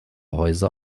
häuser